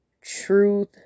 truth